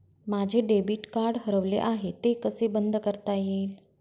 माझे debit card हरवले आहे ते कसे बंद करता येईल?